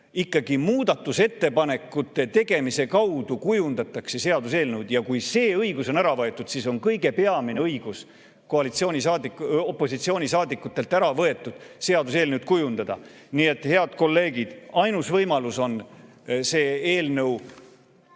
Ikkagi muudatusettepanekute tegemise kaudu kujundatakse seaduseelnõu. Ja kui see õigus on ära võetud, siis on kõige peamine õigus opositsioonisaadikutelt ära võetud, õigus seaduseelnõu kujundada. Nii et, head kolleegid, ainus võimalus on seda eelnõu